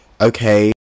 okay